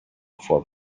four